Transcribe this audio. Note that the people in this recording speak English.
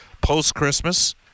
post-Christmas